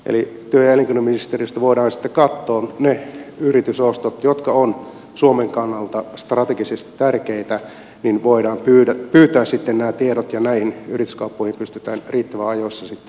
eli työ ja elinkeinoministeriössä voidaan sitten katsoa ne yritysostot jotka ovat suomen kannalta strategisesti tärkeitä voidaan pyytää nämä tiedot ja näihin yrityskauppoihin pystytään riittävän ajoissa sitten puuttumaan